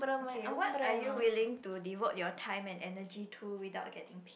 okay what are you willing to devote your time and energy to without getting paid